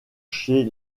chez